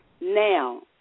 now